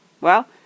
Well